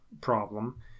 problem